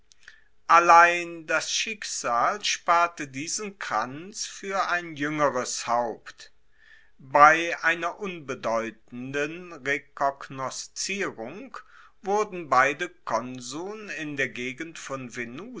allein das schicksal sparte diesen kranz fuer ein juengeres haupt bei einer unbedeutenden rekognoszierung wurden beide konsuln in der gegend von